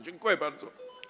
Dziękuję bardzo.